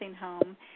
home